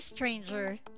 Stranger